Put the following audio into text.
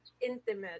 intimate